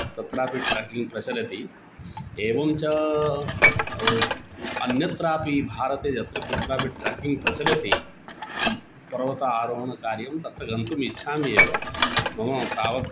तत्रापि ट्रेकिङ्ग् प्रचलति एवञ्च अन्यत्रापि भारते यत्र कुत्रापि ट्रेकिङ्ग् प्रचलति पर्वत आरोहणकार्यं तत्र गन्तुम् इच्छामि एव मम तावत्